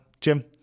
Jim